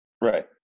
right